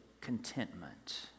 contentment